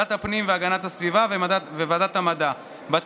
ועדת הפנים והגנת הסביבה וועדת המדע והטכנולוגיה,